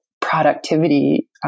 productivity